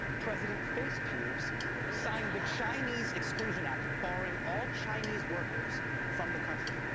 president face pubes signed the chinese exclusion act barring all chinese workers from the country.